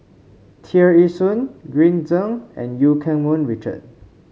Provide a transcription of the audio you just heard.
Tear Ee Soon Green Zeng and Eu Keng Mun Richard